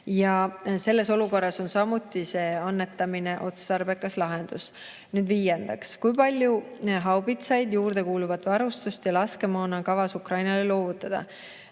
Selles olukorras on annetamine otstarbekas lahendus. Viiendaks, kui palju haubitsaid, juurdekuuluvat varustust ja laskemoona on kavas Ukrainale loovutada?